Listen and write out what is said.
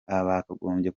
bakagombye